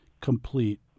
complete